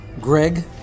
Greg